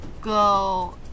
go